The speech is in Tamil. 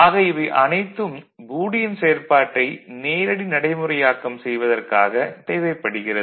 ஆக இவை அனைத்தும் பூலியன் செயற்பாட்டை நேரடி நடைமுறையாக்கம் செய்வதற்காகத் தேவைப்படுகிறது